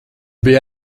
bija